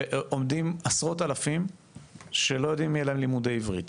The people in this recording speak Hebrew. שעומדים עשרות אלפים שלא יודעים אם יהיה להם לימודי עברית